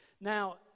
Now